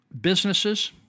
businesses